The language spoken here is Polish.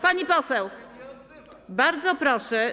Pani poseł, bardzo proszę.